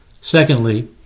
Secondly